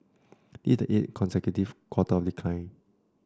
this is the consecutive quarter of decline